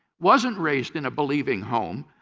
wasn't raised in a believing home,